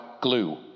glue